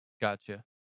Gotcha